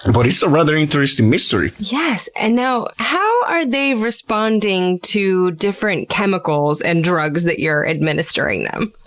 and but it's a rather interesting mystery. yes! and now, how are they responding to different chemicals and drugs that you're administering them?